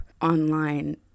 online